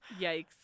Yikes